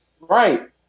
Right